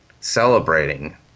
celebrating